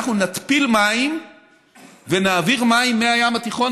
אנחנו נתפיל מים ונעביר מים מהים התיכון,